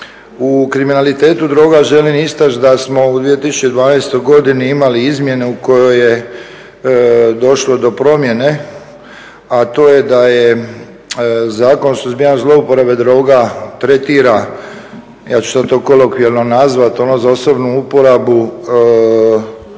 U kriminalitetu droga želim istaći da smo u 2012. godini imali izmjene u kojim je došlo do promjene, a to je da je Zakon o suzbijanju zlouporabe droga tretira, ja ću sad to kolokvijalno nazvati ono za osobnu uporabu,